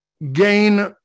gain